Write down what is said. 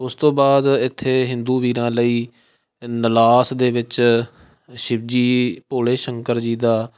ਉਸ ਤੋਂ ਬਾਅਦ ਇੱਥੇ ਹਿੰਦੂ ਵੀਰਾਂ ਲਈ ਨਲਾਸ ਦੇ ਵਿੱਚ ਸ਼ਿਵ ਜੀ ਭੋਲੇ ਸ਼ੰਕਰ ਜੀ ਦਾ